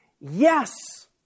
Yes